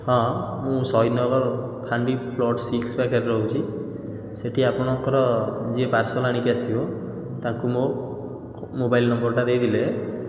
ହଁ ମୁଁ ଶହୀଦନଗର ଫାଣ୍ଡି ପ୍ଲଟ୍ ସିକ୍ସ ପାଖରେ ରହୁଛି ସେଇଠି ଆପଣଙ୍କର ଯିଏ ପାର୍ସଲ ଆଣିକି ଆସିବ ତାକୁ ମୋ ମୋବାଇଲ୍ ନମ୍ବରଟା ଦେଇଦେଲେ